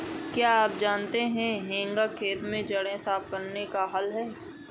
क्या आप जानते है हेंगा खेत की जड़ें साफ़ करने का हल है?